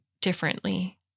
differently